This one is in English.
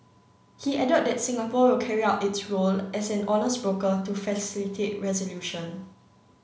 he added that Singapore will carry out its role as an honest broker to facilitate resolution